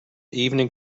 evening